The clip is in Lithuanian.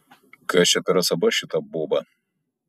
kas čia per asaba šita boba